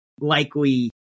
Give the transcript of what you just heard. likely